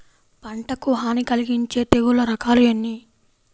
పంటకు హాని కలిగించే తెగుళ్ల రకాలు ఎన్ని?